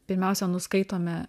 pirmiausia nuskaitome